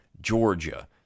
Georgia